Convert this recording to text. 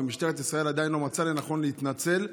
ומשטרת ישראל עדיין לא מצאה לנכון להתנצל.